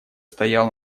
стояла